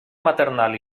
maternal